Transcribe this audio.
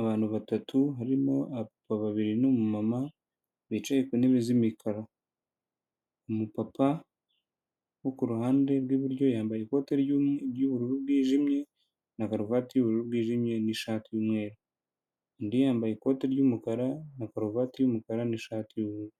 Abantu batatu harimo abagabo babiri n' umumama, bicaye ku ntebe z'imikara, umupapa wo ku ruhande rw'iburyo yambaye ikote ry'ubururu bwijimye, na karuvati y'ubururu bwijimye, n'ishati y'umweru. Undi yambaye ikoti ry'umukara na karuvati y'umukara, n'ishati y'ubururu.